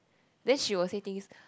then she will say things